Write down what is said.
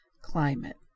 climate